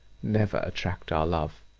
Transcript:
never attract our love.